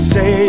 Say